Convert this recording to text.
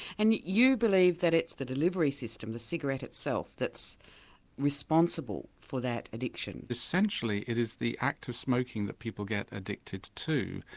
and you you believe that it's the delivery system, the cigarette itself that's responsible for that addiction. essentially it is the act of smoking that people get addicted to,